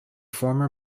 former